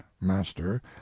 master